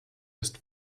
ist